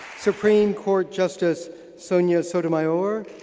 supreme court justice sonya sotomayor